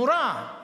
נורא,